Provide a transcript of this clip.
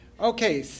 Okay